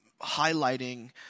highlighting